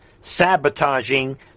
sabotaging